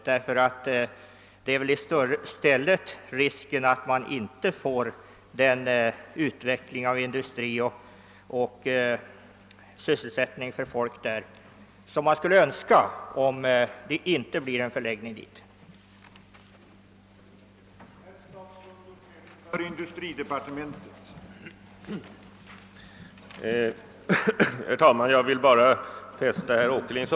Risken är väl snarare att den önskvärda utvecklingen av industri och av sysselsättning för befolkningen inte kommer till stånd om en förläggning dit inte skulle ske.